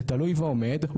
זה תלוי ועומד,